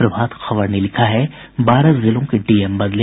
प्रभात खबर ने लिखा है बारह जिलों के डीएम बदले